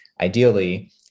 ideally